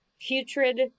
Putrid